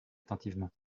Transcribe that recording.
attentivement